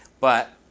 but